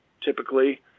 typically